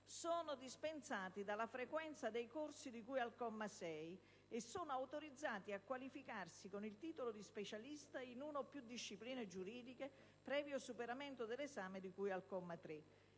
sono dispensati dalla frequenza dei percorsi formativi di cui ai commi 2 e 3 e sono autorizzati a qualificarsi con il titolo di specialista in una o più discipline giuridiche previo superamento dell'esame di cui al comma 3».